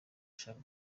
ashaka